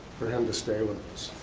for him to stay with us.